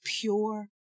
pure